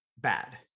bad